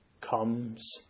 comes